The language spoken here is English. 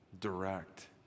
Direct